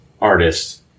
artist